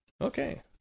Okay